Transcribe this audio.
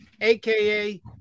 AKA